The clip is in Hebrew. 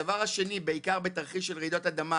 הדבר השלישי בעיקר בתרחיש של רעידת אדמה,